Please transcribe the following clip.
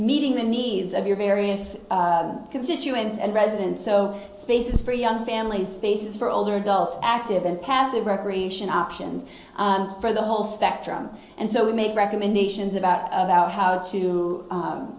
meeting the needs of your various constituents and residents so spaces for young families spaces for older adults active and passive preparation options for the whole spectrum and so we make recommendations about about how to